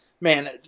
Man